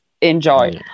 Enjoy